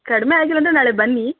ಕಡಿಮೆ ಆಗಿಲ್ಲ ಅಂದರೆ ನಾಳೆ ಬನ್ನಿ